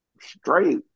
straight